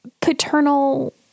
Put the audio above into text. paternal